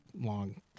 long